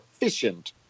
efficient